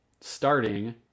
starting